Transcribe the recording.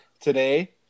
today